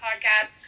podcast